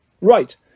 Right